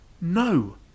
No